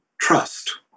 trust